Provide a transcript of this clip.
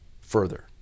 further